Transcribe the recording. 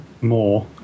more